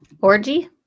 Orgy